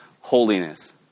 holiness